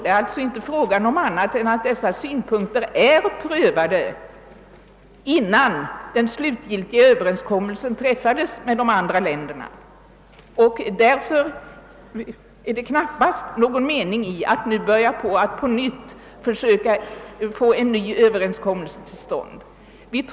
Det är alltså inte fråga om annat än att dessa synpunkter prövats innan den slutgiltiga överenskommelsen träffas. Det är därför knappast någon mening i att försöka få en ny överenskommelse till stånd.